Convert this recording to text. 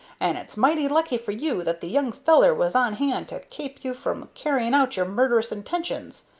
and it's mighty lucky for you that the young feller was on hand to kape you from carrying out your murderous intentions,